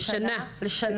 לשנה.